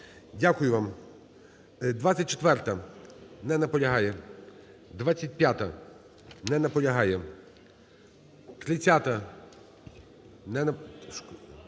Дякую вам.